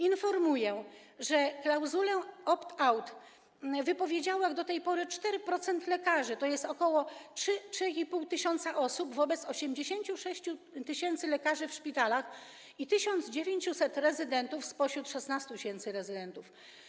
Informuję, że klauzulę opt-out wypowiedziało do tej pory 4% lekarzy, tj. ok. 3,5 tys. osób wobec 86 tys. lekarzy w szpitalach, i 1900 rezydentów spośród 16 tys. rezydentów.